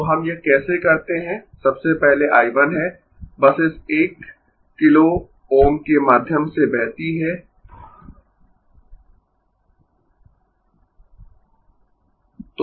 तो हम यह कैसे करते है सबसे पहले I 1 है बस इस 1 किलो Ω के माध्यम से बहती है